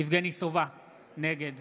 יבגני סובה, נגד